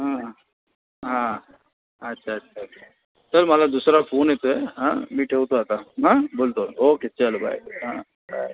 हां हां अच्छा अच्छा अच्छा चल मला दुसरा फोन येतो आहे हां मी ठेवतो आता हां बोलतो ओके चलो बाय हां चालेल